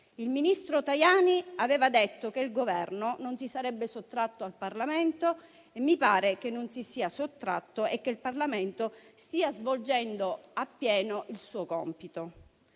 Il ministro Tajani aveva detto che il Governo non si sarebbe sottratto al Parlamento; mi pare che non si sia sottratto e che il Parlamento stia svolgendo a pieno il suo compito.